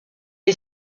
est